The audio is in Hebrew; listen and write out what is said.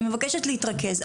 אני מבקשת להתרכז,